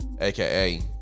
aka